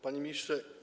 Panie Ministrze!